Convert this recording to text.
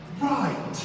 right